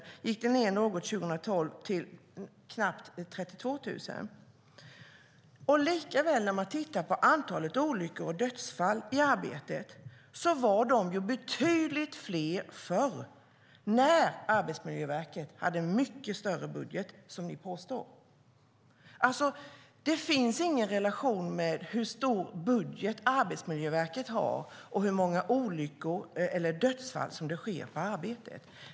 Antalet gick ned något 2012 till knappt 32 000. Likaså var olyckorna och dödsfallen i arbetet betydligt fler förr när Arbetsmiljöverket hade en mycket större budget, som ni påstår. Det finns alltså ingen relation mellan hur stor budget Arbetsmiljöverket har och hur många olyckor och dödsfall som sker på arbetet.